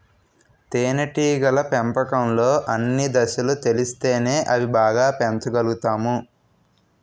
తేనేటీగల పెంపకంలో అన్ని దశలు తెలిస్తేనే అవి బాగా పెంచగలుతాము